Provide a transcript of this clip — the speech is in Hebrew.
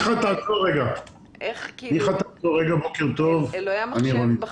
אני הממונה על